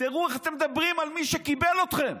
תראו איך אתם מדברים על מי שקיבל אתכם.